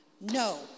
no